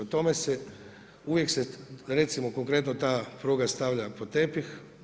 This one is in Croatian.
O tome se, uvijek se, recimo konkretno ta pruga stavlja pod tepih.